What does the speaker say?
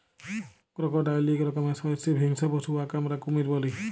crocodile ইক রকমের সরীসৃপ হিংস্র পশু উয়াকে আমরা কুমির ব্যলি